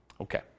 Okay